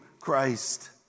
Christ